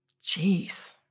Jeez